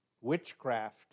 witchcraft